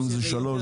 גם אם זה שלוש,